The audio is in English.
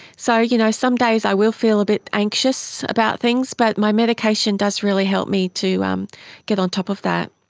so you know some days i will feel a bit anxious about things, but my medication does really help me to um get on top of that.